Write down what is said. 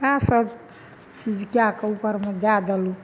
इएहे सभ चीज कए कऽ उपरमे दए देलहुँ